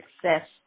success